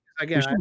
again